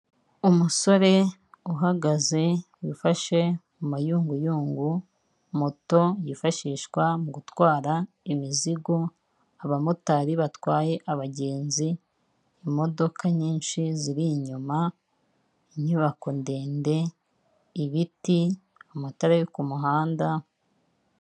Umusore uhagaze wifashe mu mayunguyungu moto yifashishwa mu gutwara imizigo, abamotari batwaye abagenzi, imodoka nyinshi ziri inyuma, inyubako ndende, ibiti, amatara yo ku muhanda.